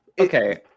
Okay